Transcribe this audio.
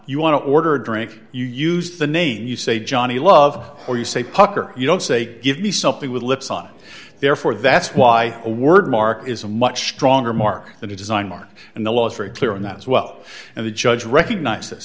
you want to order a drink you use the name you say johnny love or you say puck or you don't say give me something with lips on therefore that's why a word mark is a much stronger mark than a design mark and the law is very clear on that as well and the judge recognizes